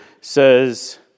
says